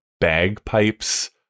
bagpipes